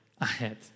ahead